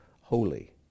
holy